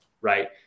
right